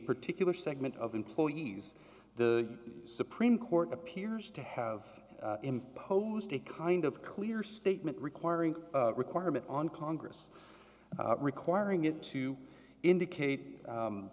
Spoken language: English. particular segment of employees the supreme court appears to have imposed a kind of clear statement requiring requirement on congress requiring it to indicate